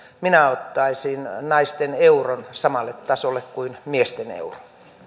minä ottaisin naisten euron samalle tasolle kuin miesten euron